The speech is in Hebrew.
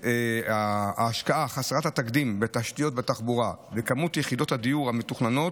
ההשקעה חסרת התקדים בתשתיות ובתחבורה ומספר יחידות הדיור המתוכננות,